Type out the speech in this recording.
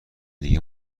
دیگه